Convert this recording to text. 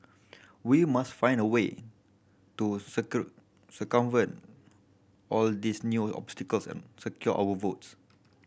we must find a way to circumvent all these new obstacles and secure our votes